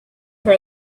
for